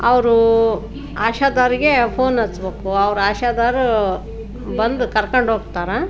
ಅವರು ಆಶಾದಾರಿಗೆ ಫೋನ್ ಹಚ್ಚಬೇಕು ಅವ್ರು ಆಶಾದಾರರು ಬಂದು ಕರ್ಕೊಂಡು ಹೋಗ್ತಾರೆ